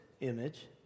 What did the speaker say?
image